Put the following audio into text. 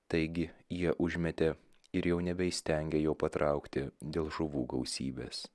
taigi jie užmetė ir jau nebeįstengė jo patraukti dėl žuvų gausybės